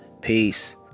Peace